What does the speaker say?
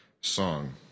song